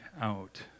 out